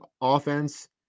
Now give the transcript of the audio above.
offense